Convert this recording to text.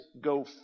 go